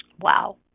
Wow